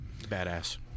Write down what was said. Badass